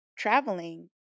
Traveling